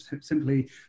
simply